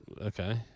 okay